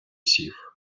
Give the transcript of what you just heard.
сів